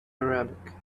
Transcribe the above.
arabic